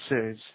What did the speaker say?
says